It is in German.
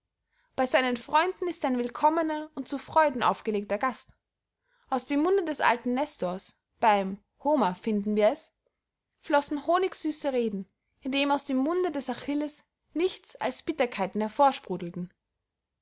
bey seinen freunden ist er ein willkommener und zu freuden aufgelegter gast aus dem munde des alten nestors beym homer finden wir es flossen honigsüsse reden indem aus dem munde des achilles nichts als bitterkeiten